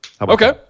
Okay